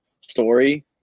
story